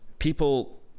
People